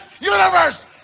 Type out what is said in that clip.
universe